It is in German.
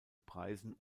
preisen